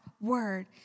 word